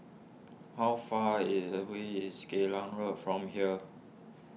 how far is away is Geylang Road from here